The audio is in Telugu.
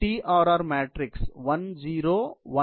867 0 1 0